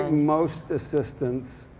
and most assistants